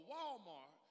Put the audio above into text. Walmart